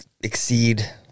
exceed